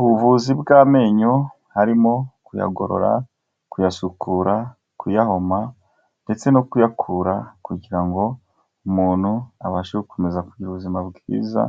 Ubuvuzi bw'amenyo harimo: kuyagorora, kuyasukura, kuyahoma ndetse no kuyakura kugira ngo umuntu abashe gukomeza kugira ubuzima bwiza,